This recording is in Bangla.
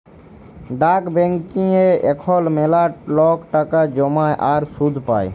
ডাক ব্যাংকিংয়ে এখল ম্যালা লক টাকা জ্যমায় আর সুদ পায়